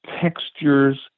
textures